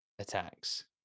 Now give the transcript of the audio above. attacks